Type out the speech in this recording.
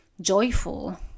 joyful